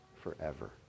forever